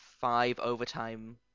five-overtime